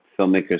filmmakers